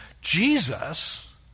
Jesus